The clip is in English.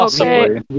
Okay